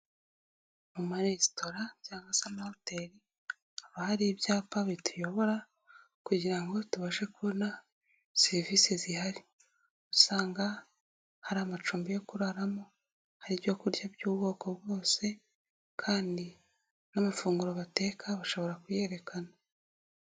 Mu maresitora cyangwa se amahoteli haba hari ibyapa bituyobora kugira ngo tubashe kubona serivisi zihari, usanga hari amacumbi yo kuraramo, hari ibyo kurya by'ubwoko bwose kandi n'amafunguro bateka bashobora kuyerekana.